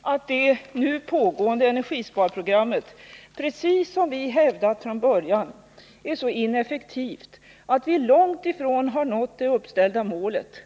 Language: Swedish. att det nu pågående energisparprogrammet, precis som vi hävdat från början, är så ineffektivt att vi långt ifrån har nått det uppställda målet.